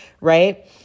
right